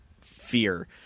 fear